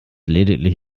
lediglich